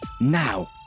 now